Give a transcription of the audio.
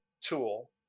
tool